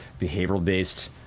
behavioral-based